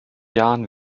jahren